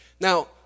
Now